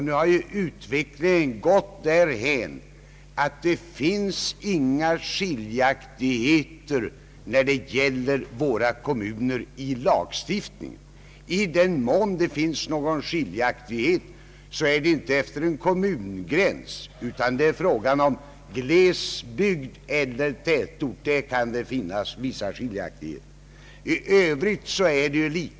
Nu har utvecklingen gått därhän att det inte finns några skiljaktigheter i lagstiftningen när det gäller våra kommuner. I den mån det finns någon skiljaktighet går den inte efter en kommungräns, utan det är frå ga om glesbygd eller tätort.